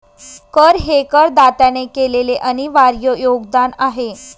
कर हे करदात्याने केलेले अनिर्वाय योगदान आहे